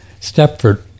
Stepford